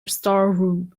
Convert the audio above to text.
storeroom